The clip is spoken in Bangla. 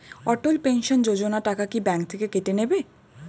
অটল পেনশন যোজনা টাকা কি ব্যাংক থেকে কেটে নেবে?